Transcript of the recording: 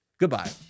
Goodbye